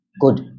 Good